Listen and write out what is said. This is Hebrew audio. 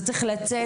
זה צריך לצאת.